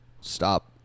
Stop